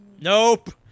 nope